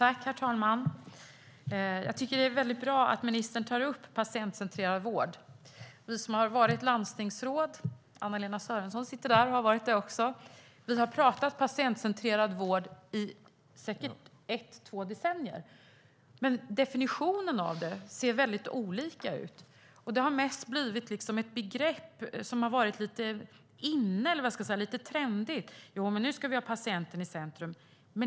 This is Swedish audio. Herr talman! Det är väldigt bra att ministern tar upp patientcentrerad vård. Vi som har varit landstingsråd - Anna-Lena Sörenson som sitter här i kammaren har också varit det - har talat om patientcentrerad vård i säkert två decennier. Men definitionen av det ser väldigt olika ut. Det har mest blivit ett begrepp som har varit lite inne eller lite trendigt: Nu ska vi ha patienten i centrum.